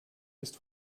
ist